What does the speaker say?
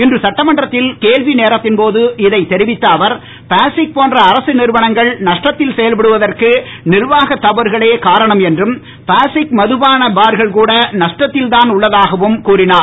இன்று சட்டமன்றத்தில் கேள்வி நேரத்தின் போது இதைத் தெரிவித்த அவர் பாசிக் போன்ற அரசு நிறுவனங்கள் நஷ்டத்தில் செயல்படுவதற்கு நிர்வாக தவறுகளே காரணம் என்றும் பாசிக் மதுபான பார்கள் கூட நஷ்டத்தில் தான் உள்ளதாகவும் கூறினார்